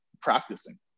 practicing